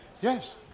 Yes